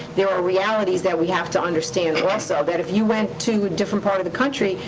there are realities that we have to understand also, that if you went to a different part of the country,